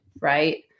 right